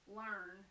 learn